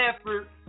effort